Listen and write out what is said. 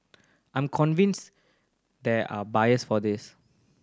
I'm convinced there are buyers for this